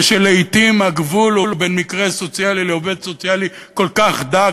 ושלעתים הגבול בין מקרה סוציאלי לעובד סוציאלי כל כך דק,